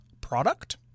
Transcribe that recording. product